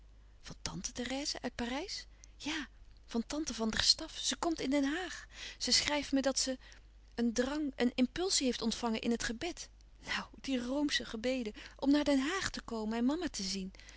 tante therèse uit parijs ja van tante van der staff ze komt in den haag ze schrijft me dat ze een drang een impulsie heeft ontvangen in het gebed nou die roomsche gebeden om naar den haag louis couperus van oude menschen de dingen die voorbij gaan te komen en mama te zien